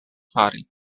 fari